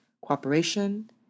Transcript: cooperation